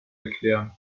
erklären